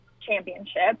championship